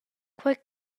quei